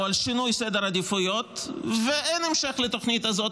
על שינוי סדר העדיפויות ואין המשך לתוכנית הזאת.